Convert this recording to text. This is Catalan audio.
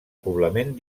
poblament